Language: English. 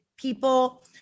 people